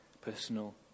personal